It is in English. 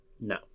No